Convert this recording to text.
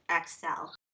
excel